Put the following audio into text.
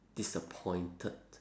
disappointed